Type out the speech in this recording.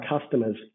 customers